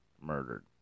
murdered